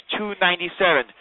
$2.97